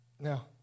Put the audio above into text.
Now